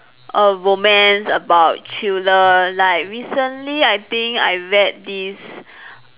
err romance about thriller like recently I think I read this